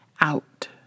out